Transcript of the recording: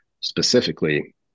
specifically